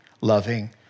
loving